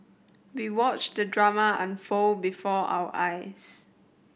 we watched the drama unfold before our eyes